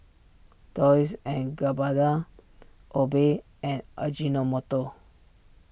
Dolce and Gabbana Obey and Ajinomoto